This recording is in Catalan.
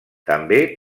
també